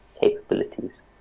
capabilities